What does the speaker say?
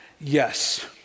Yes